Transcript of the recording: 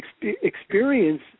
experience